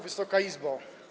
Wysoka Izbo!